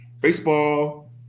baseball